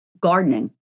gardening